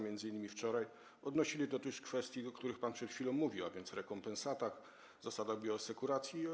Między innymi wczoraj odnosili się do tych kwestii, o których pan przed chwilą mówił, a więc rekompensaty, zasady bioasekuracji.